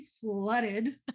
flooded